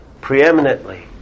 preeminently